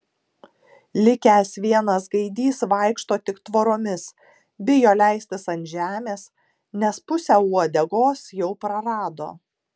likęs vienas gaidys vaikšto tik tvoromis bijo leistis ant žemės nes pusę uodegos jau prarado